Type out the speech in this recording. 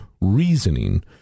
reasoning